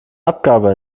abgabe